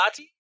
Lati